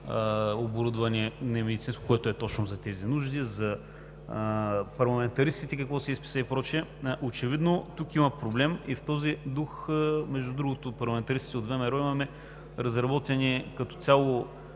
оборудване, което е точно за тези нужди, за парламентаристите какво се изписа, и прочее. Очевидно тук има проблем. В този дух, между другото, парламентаристите от ВМРО имаме разработени като цяло